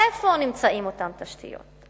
איפה נמצאות אותן תשתיות?